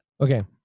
okay